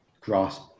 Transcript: grasp